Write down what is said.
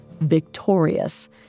victorious